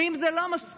ואם זה לא מספיק,